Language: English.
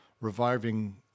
reviving